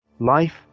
life